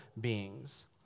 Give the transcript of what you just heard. beings